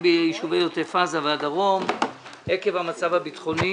ביישובי עוטף עזה והדרום עקב המצב הביטחוני